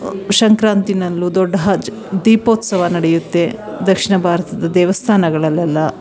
ಸಂಕ್ರಾತಿಯಲ್ಲೂ ದೊಡ್ಡ ಹಜ್ ದೀಪೋತ್ಸವ ನಡೆಯುತ್ತೆ ದಕ್ಷಿಣ ಭಾರತದ ದೇವಸ್ಥಾನಗಳಲ್ಲೆಲ್ಲ